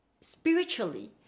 spiritually